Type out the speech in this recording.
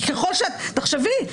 תחשבי,